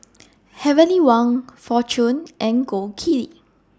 Heavenly Wang Fortune and Gold Kili